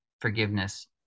forgiveness